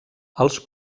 els